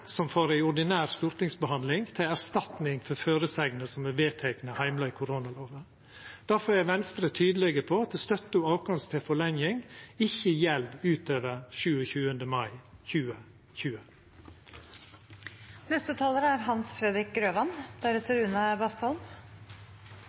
som får ei ordinær stortingsbehandling til erstatning for føresegner som er vedtekne heimla i koronalova. Difor er Venstre tydelege på at støtta vår til forlenging ikkje gjeld utover 27. mai 2020. Jeg er